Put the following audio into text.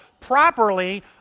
properly